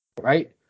right